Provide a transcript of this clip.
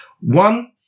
One